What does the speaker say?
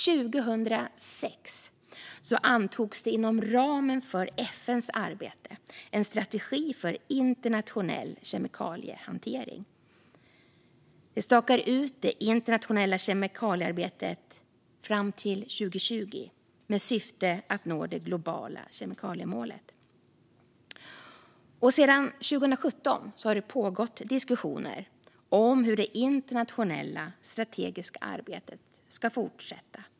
År 2006 antogs inom ramen för FN:s arbete en strategi för internationell kemikaliehantering. Den stakar ut det internationella kemikaliearbetet fram till 2020 med syftet att nå det globala kemikaliemålet. Sedan 2017 har det pågått diskussioner om hur det internationella strategiska arbetet ska fortsätta.